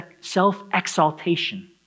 self-exaltation